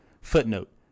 Footnote